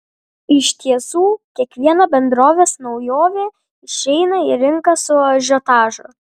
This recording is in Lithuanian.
iš tiesų kiekviena bendrovės naujovė išeina į rinką su ažiotažu